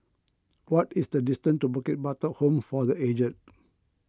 what is the distance to Bukit Batok Home for the Aged